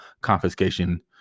confiscation